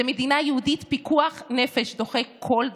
זאת מדינה יהודית, פיקוח נפש דוחה כל דבר.